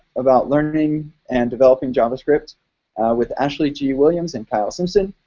about learning and developing javascript with ashley g. williams and kyle simpson,